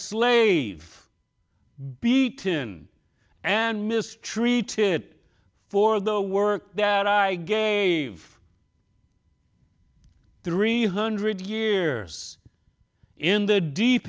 slave beaten and mistreated for the work that i gave three hundred years in the deep